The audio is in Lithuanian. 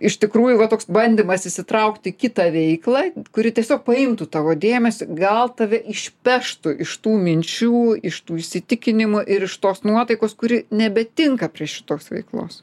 iš tikrųjų va toks bandymas įsitraukt į kitą veiklą kuri tiesiog paimtų tavo dėmesį gal tave išpeštų iš tų minčių iš tų įsitikinimų ir iš tos nuotaikos kuri nebetinka prie šitos veiklos